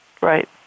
Right